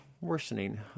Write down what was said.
Worsening